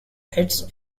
hits